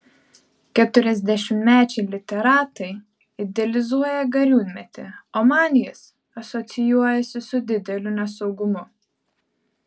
keturiasdešimtmečiai literatai idealizuoja gariūnmetį o man jis asocijuojasi su dideliu nesaugumu